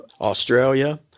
Australia